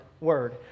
word